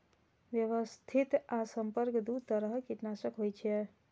व्यवस्थित आ संपर्क दू तरह कीटनाशक होइ छै